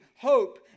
hope